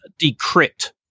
decrypt